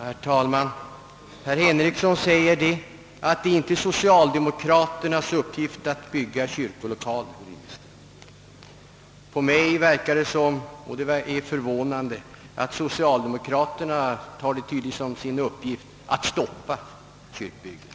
Herr talman! Herr Henrikson sade att det inte är socialdemokraternas uppgift att bygga kyrkolokaler. Men på mig verkar det — och det är mycket förvånande — som om socialdemokraterna har tagit som sin uppgift att stoppa kyrkobyggen.